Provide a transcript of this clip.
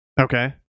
Okay